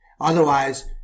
otherwise